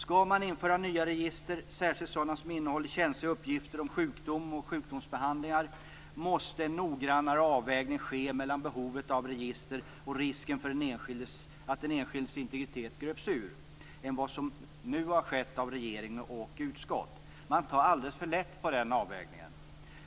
Skall man införa nya register, särskilt sådana som innehåller känsliga uppgifter om sjukdomar och sjukdomsbehandlingar, måste en noggrannare avvägning ske mellan behovet av register och risken för att den enskildes integritet gröps ur än vad som nu har skett från regering och utskott. Man tar alldeles för lätt på den avvägningen.